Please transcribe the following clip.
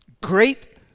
Great